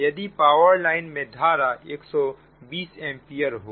यदि power line में धारा 120 एंपियर हो